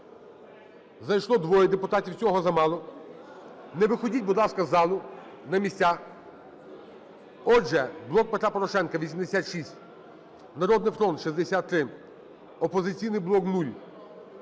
Зайшло двоє депутатів, цього замало. Не виходьте, будь ласка, з залу, на місця. Отже: "Блок Петра Порошенка" – 86, "Народний фронт" – 63, "Опозиційний блок" –